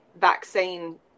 vaccine